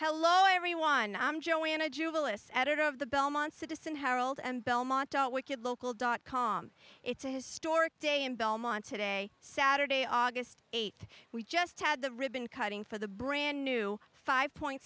hello everyone i'm joanna jubilance editor of the belmont citizen herald and belmont dot wicked local dot com it's a historic day in belmont today saturday august eighth we just had the ribbon cutting for the brand new five point